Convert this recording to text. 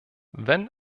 wenn